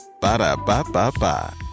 Ba-da-ba-ba-ba